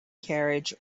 carriage